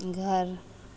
घर